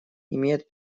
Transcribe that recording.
имеет